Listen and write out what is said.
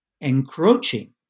encroaching